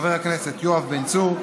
חבר הכנסת יואב בן צור,